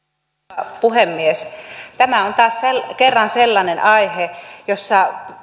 arvoisa rouva puhemies tämä on taas kerran sellainen aihe jossa